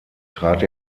trat